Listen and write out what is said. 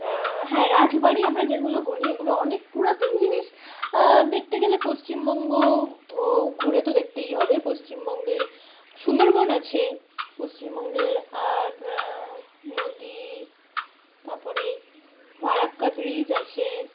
হ্যাঁ রাজবাড়ি আমরা যেগুলো বলি এগুলো অনেক পুরাতন জিনিস দেখতে গেলে পশ্চিমবঙ্গ ও ঘুরে তো দেখতেই হবে পশ্চিমবঙ্গে সুন্দরবন আছে পশ্চিমবঙ্গের আর নদী তারপরে ফারাক্কা ব্রিজ আছে